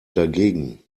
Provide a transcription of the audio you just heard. dagegen